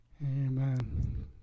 Amen